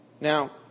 Now